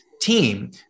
team